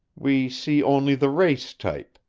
we see only the race type.